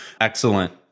Excellent